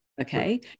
okay